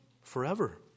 forever